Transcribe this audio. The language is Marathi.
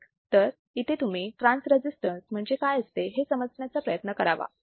तर इथे तुम्ही ट्रान्स रजिस्टन्स म्हणजे काय असते हे समजण्याचा प्रयत्न करावा